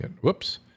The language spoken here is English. Whoops